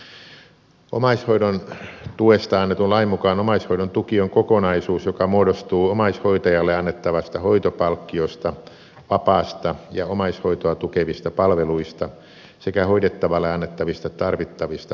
omaishoidon tuesta annetun lain mukaan omaishoidon tuki on kokonaisuus joka muodostuu omaishoitajalle annettavasta hoitopalkkiosta vapaasta ja omaishoitoa tukevista palveluista sekä hoidettavalle annettavista tarvittavista palveluista